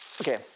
okay